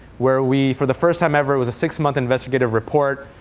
where we, for the first time ever it was a six-month investigative report,